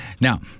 Now